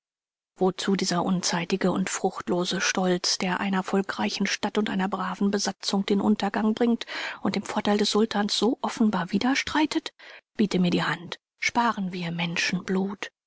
wozu dieser unzeitige und fruchtlose stolz der einer volkreichen stadt und einer braven besatzung den untergang bringt und dem vorteil des sultans so offenbar widerstreitet biete mir die hand sparen wir